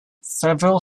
several